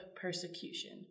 persecution